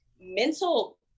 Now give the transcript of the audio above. mental